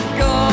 go